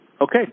Okay